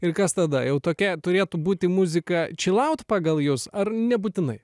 ir kas tada jau tokia turėtų būti muzika čilaut pagal jus ar nebūtinai